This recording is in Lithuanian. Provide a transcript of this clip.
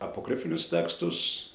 apokrifinius tekstus